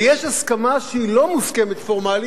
ויש הסכמה שהיא לא מוסכמת פורמלית,